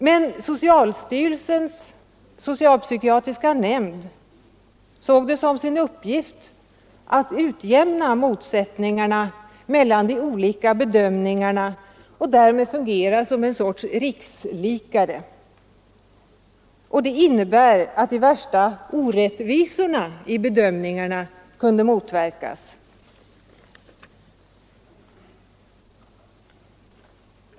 Men socialstyrelsens socialpsykiatriska nämnd såg det som sin uppgift att utjämna motsättningarna mellan de olika bedömningarna och därmed fungera som en sorts rikslikare, och det innebar att de värsta orättvisorna har kunnat motverkas.